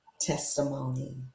testimony